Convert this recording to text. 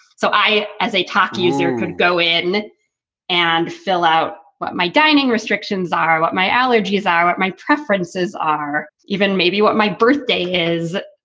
so i as a top user can go in and fill out my dining restrictions are what my allergies are, what my preferences are, even maybe what my birthday is.